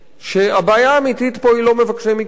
שהבעיה האמיתית פה היא לא מבקשי מקלט,